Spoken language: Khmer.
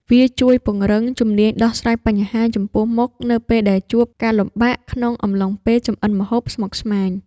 វាជួយពង្រឹងជំនាញដោះស្រាយបញ្ហាចំពោះមុខ នៅពេលដែលជួបការលំបាកក្នុងអំឡុងពេលចម្អិនម្ហូបស្មុគស្មាញ។